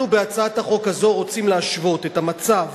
אנחנו, בהצעת החוק הזו, רוצים להשוות את המצב